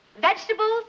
vegetables